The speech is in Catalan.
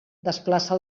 desplaça